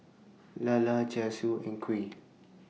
Lala Char Siu and Kuih